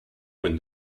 when